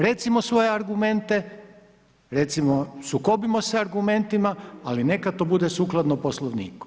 Recimo svoje argumente, recimo, sukobimo se argumentima, ali neka to bude sukladno poslovniku.